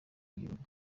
y’ibirunga